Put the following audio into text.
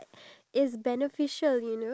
yes correct